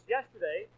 Yesterday